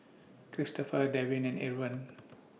Cristofer Devin and Irven